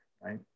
right